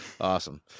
awesome